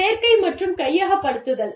சேர்க்கை மற்றும் கையகப்படுத்துதல்